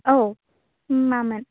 औ मामोन